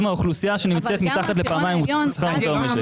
מגנים על 90% מהאוכלוסייה שנמצאת מתחת לפעמיים שכר הממוצע במשק.